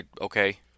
Okay